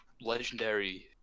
legendary